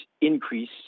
increase